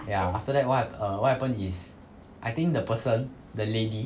ya after that what err what happened is I think the person the lady